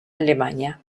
alemania